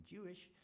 Jewish